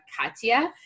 Katya